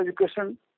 education